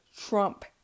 Trump